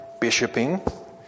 bishoping